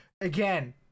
again